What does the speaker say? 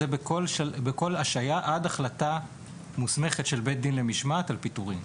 בכל השעיה עד החלטה מוסמכת של בית דין למשמעת על פיטורין,